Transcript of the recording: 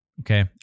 Okay